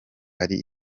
ari